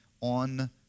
on